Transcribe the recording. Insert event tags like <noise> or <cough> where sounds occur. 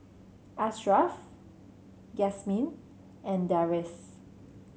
Ashraff <unintelligible> and Deris